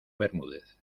bermúdez